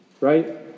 right